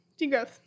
Degrowth